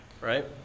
right